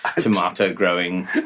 tomato-growing